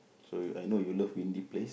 so I know you love windy place